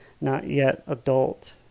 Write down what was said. not-yet-adult